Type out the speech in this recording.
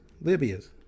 Libya's